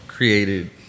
Created